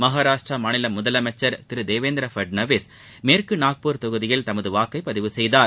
மகாராஷ்டிர மாநில முதலமைச்சர் திரு தேவேந்திர பட்னாவிஸ் மேற்கு நாக்பூர் தொகுதியில் தமது வாக்கை பதிவு செய்தார்